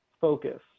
focus